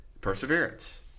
perseverance